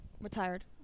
Retired